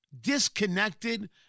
Disconnected